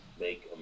make